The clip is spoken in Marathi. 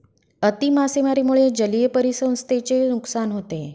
अति मासेमारीमुळे जलीय परिसंस्थेचे नुकसान होते